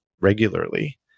regularly